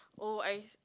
oh I see